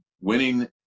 winning